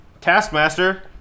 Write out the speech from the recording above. Taskmaster